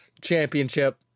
championship